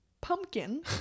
pumpkin